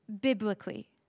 biblically